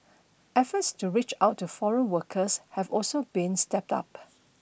efforts to reach out to foreign workers have also been stepped up